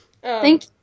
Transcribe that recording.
Thank